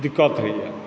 दिक्कत होइए